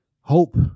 hope